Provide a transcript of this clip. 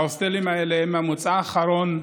ההוסטלים האלה הם המוצא האחרון,